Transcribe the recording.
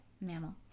mammal